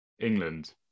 England